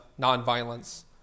nonviolence